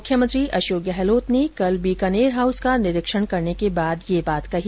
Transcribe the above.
मुख्यमंत्री अशोक गहलोत ने कल बीकानेर हाउस का निरीक्षण करने के बाद ये बात कही